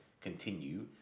continue